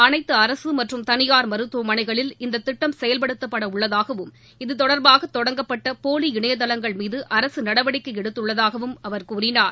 அனைத்து அரசு மற்றும் தனியார் மருத்துவமனைகளில் இத்திட்டம் செயல்படுத்தப்பட உள்ளதாகவும் இதுதொடர்பாக தொடங்கப்பட்ட போலி இணையதளங்கள் மீது அரசு நடவடிக்கை எடுத்துள்ளதாகவும் அவர் கூறினார்